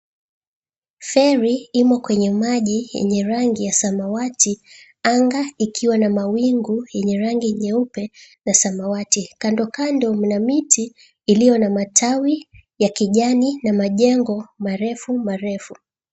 Feri imo kwenye maji yenye rangi ya samawati. Anga ikiwa na mawingu yenye rangi nyeupe na samawati. Kando kando mna miti iliyo na matawi ya kijani na majengo marefu marefu.